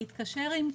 להתקשר עם קבלן,